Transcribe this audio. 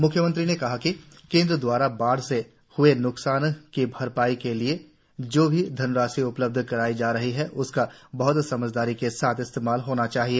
मुख्यमंत्री ने कहा कि केंद्र द्वारा बाद से हुए नुकसान की भरपाई के लिए जो भी धनराशि उपलब्ध कराई जा रही है उसका बह्त समझदारी के साथ इस्तेमाल होना चाहिए